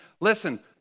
listen